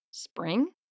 Spring